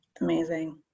Amazing